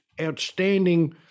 outstanding –